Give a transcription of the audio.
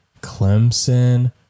Clemson